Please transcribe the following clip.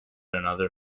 another